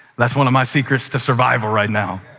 that's one of my secrets to survival right now.